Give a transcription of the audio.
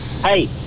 Hey